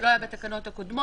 שלא היתה בתקנות הקודמות,